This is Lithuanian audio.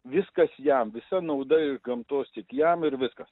viskas jam visa nauda iš gamtos tik jam ir viskas